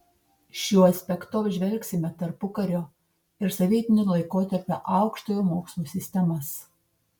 šiuo aspektu apžvelgsime tarpukario ir sovietinio laikotarpio aukštojo mokslo sistemas